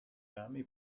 rami